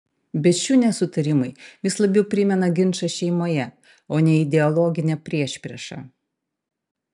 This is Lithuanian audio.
bet šių nesutarimai vis labiau primena ginčą šeimoje o ne ideologinę priešpriešą